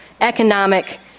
economic